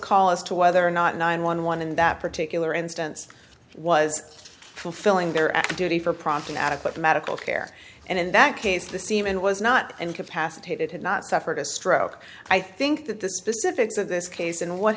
call as to whether or not nine one one in that particular instance was fulfilling their duty for prompt an adequate medical care and in that case the semen was not incapacitated had not suffered a stroke i think that the specifics of this case and what